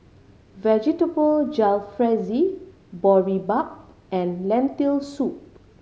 Vegetable Jalfrezi Boribap and Lentil Soup